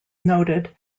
noted